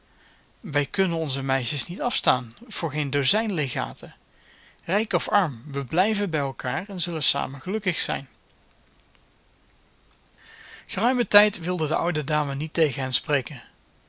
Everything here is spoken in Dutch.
wij kunnen onze meisjes niet afstaan voor geen dozijn legaten rijk of arm we blijven bij elkaar en zullen samen gelukkig zijn geruimen tijd wilde de oude dame niet